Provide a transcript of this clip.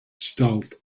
stealth